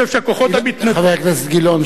חבר הכנסת גילאון,